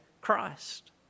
Christ